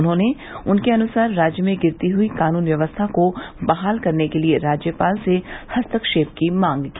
उन्होंने उनके अनुसार राज्य में गिरती हुई कानून व्यवस्था को बहाल करने के लिए राज्यपाल के हस्तक्षेप की मांग की